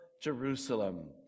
Jerusalem